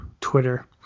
twitter